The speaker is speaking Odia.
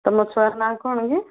ତମ ଛୁଆର ନାଁ କ'ଣ କି